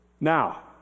Now